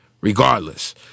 regardless